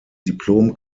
diplom